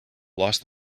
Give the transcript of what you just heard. lost